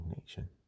nation